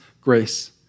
grace